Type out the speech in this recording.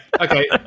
Okay